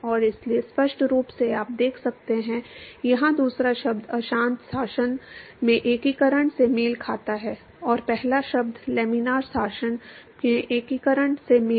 और इसलिए स्पष्ट रूप से आप देख सकते हैं कि यहां दूसरा शब्द अशांत शासन में एकीकरण से मेल खाता है और पहला शब्द लैमिनार शासन में एकीकरण से मेल खाता है